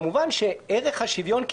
כמובן שערך השוויון,